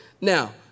Now